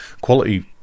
quality